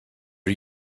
are